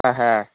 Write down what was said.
ஆஹான்